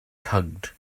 tugged